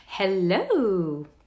Hello